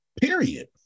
period